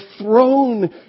throne